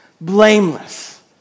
blameless